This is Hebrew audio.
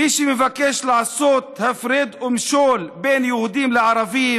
מי שמבקש לעשות הפרד ומשול בין יהודים לערבים,